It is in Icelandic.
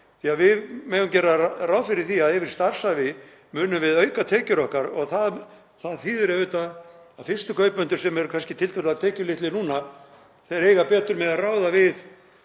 því að við megum gera ráð fyrir því að yfir starfsævi munum við auka tekjur okkar. Það þýðir auðvitað að fyrstu kaupendur, sem eru kannski tiltölulega tekjulitlir núna, eiga betur með að ráða við